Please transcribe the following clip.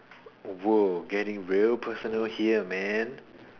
!woah! getting real personal here man